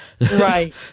Right